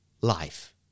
life